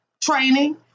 training